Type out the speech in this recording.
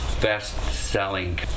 best-selling